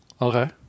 Okay